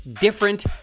different